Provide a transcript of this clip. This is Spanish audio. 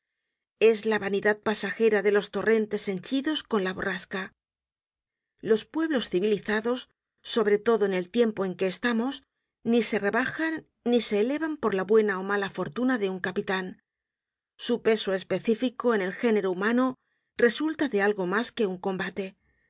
es la vanidad pasajera de los torrentes henchidos con la borrasca los pueblos civilizados sobre todo en el tiempo en que estamos ni se rebajan ni se elevan por la buena ó mala fortuna de un capitan su peso específico en el género humano resulta de algo mas que un combate